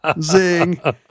Zing